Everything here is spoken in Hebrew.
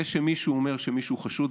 זה שמישהו אומר שמישהו חשוד,